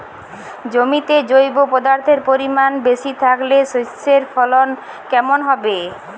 জমিতে জৈব পদার্থের পরিমাণ বেশি থাকলে শস্যর ফলন কেমন হবে?